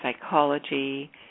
psychology